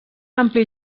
ampli